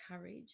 courage